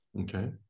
Okay